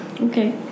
Okay